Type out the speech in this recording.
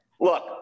Look